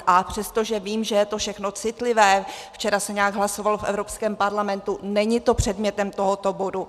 A přestože vím, že je to všechno citlivé, včera se nějak hlasovalo v Evropském parlamentu, není to předmětem tohoto bodu.